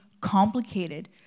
complicated